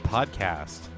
Podcast